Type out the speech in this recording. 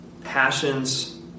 passions